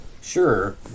Sure